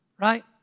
right